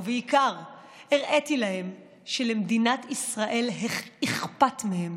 ובעיקר הראיתי להם שלמדינת ישראל אכפת מהם,